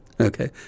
Okay